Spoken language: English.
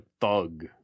thug